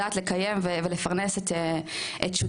יודעת לקיים ולפרנס את שותפיה,